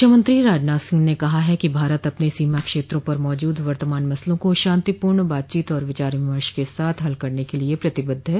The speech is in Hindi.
रक्षामंत्री राजनाथ सिंह ने कहा है कि भारत अपने सीमा क्षेत्रों पर मौजूद वर्तमान मसलों को शांतिपूर्ण बातचीत और विचार विमर्श के साथ हल करने के लिए प्रतिबद्ध है